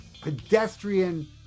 pedestrian